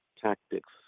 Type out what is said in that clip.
tactics